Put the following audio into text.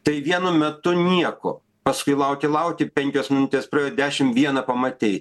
tai vienu metu nieko paskui lauki lauki penkios minutės praėjo dešim vieną pamatei